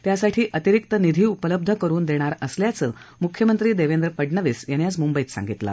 त्यासाठी अतिरिक्त निधी उपलब्ध करुन देणार असल्याचं मुख्यमंत्री देवेंद्र फडनवीस यांनी आज मुंबईत सांगितलं